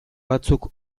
batzuk